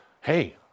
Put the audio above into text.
hey